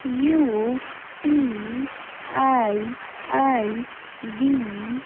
U P I I D